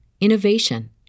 innovation